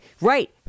Right